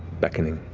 beckoning.